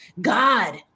God